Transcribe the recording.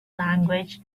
language